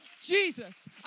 Jesus